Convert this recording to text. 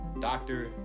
doctor